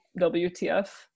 WTF